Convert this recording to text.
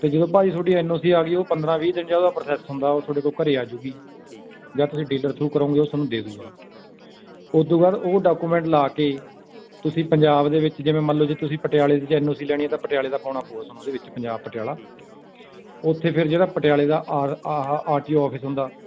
ਤੇ ਜਦੋਂ ਭਾਅ ਜੀ ਤੁਹਾਡੀ ਐੱਨ ਓ ਸੀ ਆ ਗਈ ਉਹ ਪੰਦਰਾਂ ਵੀਹ ਦਿਨ ਜਦੋਂ ਉਹਦਾ ਪ੍ਰੋਸੈਸ ਹੁੰਦਾ ਉਹ ਥੋਡੇ ਕੋਲ ਘਰ ਆ ਜੂਗੀ ਜਾਂ ਤੁਸੀਂ ਡੀਲਰ ਥਰੂ ਕਰੋਗੇ ਉਹ ਤੁਹਾਨੂੰ ਦੇ ਦੂਗਾ ਉਸਤੋਂ ਬਾਅਦ ਉਹ ਡਾਕੂਮੈਂਟ ਲਾ ਕੇ ਤੁਸੀਂ ਪੰਜਾਬ ਦੇ ਵਿੱਚ ਜਿਵੇਂ ਮੰਨ ਲਓ ਜੇ ਤੁਸੀਂ ਪਟਿਆਲੇ ਦੀ ਐੱਨ ਓ ਸੀ ਲੈਣੀ ਤਾਂ ਪਟਿਆਲੇ ਦਾ ਪਾਉਣਾ ਪਊਗਾ ਥੋਨੂੰ ਉਹਦੇ ਵਿੱਚ ਪੰਜਾਬ ਪਟਿਆਲਾ ਉੱਥੇ ਫਿਰ ਜਿਹੜਾ ਪਟਿਆਲੇ ਦਾ ਆਰ ਟੀ ਓ ਆਫਿਸ ਹੁੰਦਾ